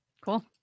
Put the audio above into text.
Cool